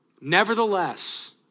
Nevertheless